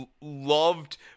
loved